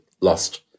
lost